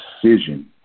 precision